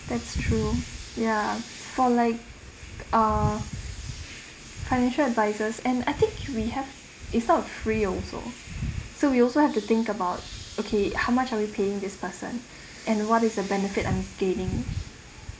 that's true ya for like uh financial advisers and I think we have it's not uh free also so we also have to think about okay how much are we paying this person and what is a benefit I'm gaining